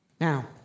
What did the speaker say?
Now